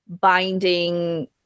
binding